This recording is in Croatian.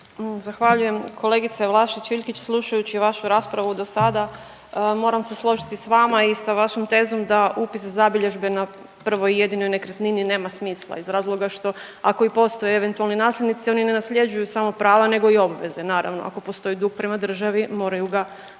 Zahvaljujem. Kolegice Vlašić Iljkić slušajući vašu raspravu dosada moram se složiti s vama i sa vašom tezom da upis zabilježbe na prvoj i jedinoj nekretnini nema smisla iz razloga što ako i postoje eventualni nasljednici oni ne nasljeđuju samo prava nego i obveze naravno, ako postoji dug prema državi moraju ga podmiriti.